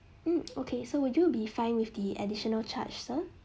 mm okay so would you be fine with the additional charge so